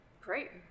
Great